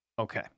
okay